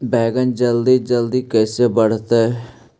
बैगन जल्दी जल्दी कैसे बढ़तै?